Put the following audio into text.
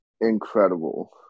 incredible